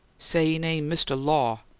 say he name mr. law.